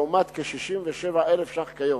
לעומת כ-67,000 שקלים כיום.